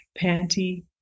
panty